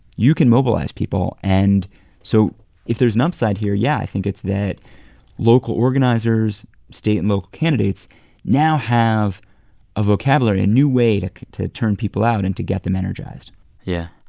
you can mobilize people. and so if there's an upside here, yeah. i think it's that local organizers, state and local candidates now have a vocabulary, a new way to to turn people out and to get them energized yeah.